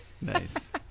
nice